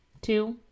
Two